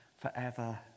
forever